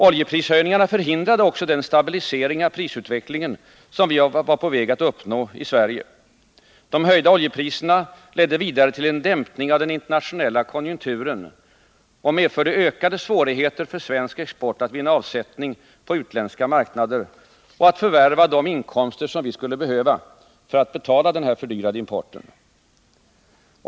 Oljeprishöjningarna förhindrade också den stabilisering av prisutvecklingen som vi var på väg att uppnå i Sverige. De höjda oljepriserna ledde vidare till en dämpning av den internationella konjunkturen och medförde ökade svårigheter för svensk export att vinna avsättning på utländska marknader och att förvärva de inkomster som vi skulle behöva för att betala den fördyrade importen.